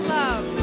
love